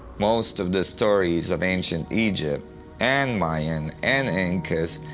most of the stories of ancient egypt and mayans and incas,